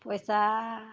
ᱯᱚᱭᱥᱟ